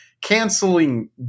canceling